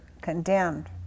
condemned